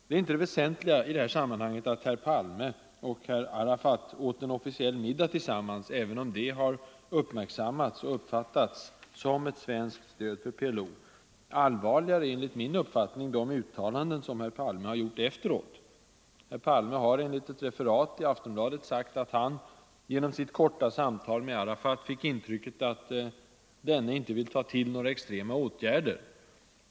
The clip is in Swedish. Det väsentliga i detta sammanhang är inte att herr Palme och herr Arafat åt en officiell middag tillsammans, även om detta har uppmärksammats och uppfattats som ett svenskt stöd för PLO. Allvarligare är enligt min uppfattning de uttalanden som herr Palme har gjort efteråt. Herr Palme har enligt ett referat i Aftonbladet sagt att han genom sitt korta samtal med Arafat fick intrycket att denne inte vill tillgripa några extrema åtgärder.